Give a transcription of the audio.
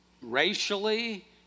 racially